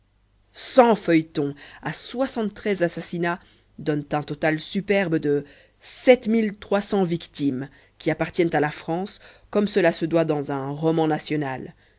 léotard feuilletons à soixante-treize assassinats donnent un total superbe de victimes qui appartiennent a la france comme cela se doit dans un roman national